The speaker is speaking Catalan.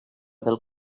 del